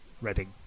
Reading